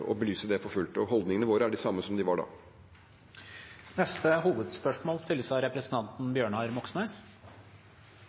belyse det for fullt. Holdningene våre er de samme som de var da. Vi går videre til neste hovedspørsmål.